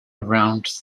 around